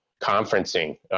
conferencing